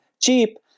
cheap